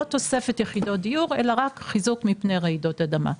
תוספת יחידות דיור אלא רק חיזוק מפנית רעידות אדמה.